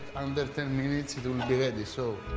under ten minutes, it will be ready so